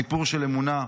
סיפור של אמונה,